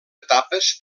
etapes